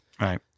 Right